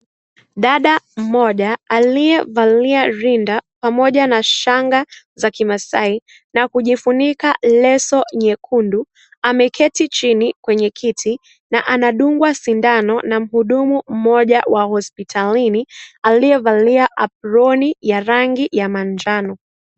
Dada mmoja aliyevalia linda pamoja na shanga za Kimasai na kujifunika leso nyekundu. Ameketi chini kwenye kiti na anadungwa sindano na mhudumu mmoja wa hospitalini aliyevalia aproni ya rangi ya manjano.